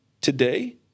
today